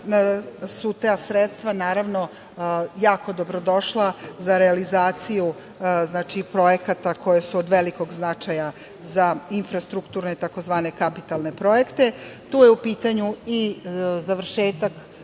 su ta sredstva, naravno, jako dobrodošla za realizaciju projekata koji su od velikog značaja za infrastrukturne tzv. kapitalne projekte. Tu je u pitanju i završetak